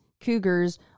cougars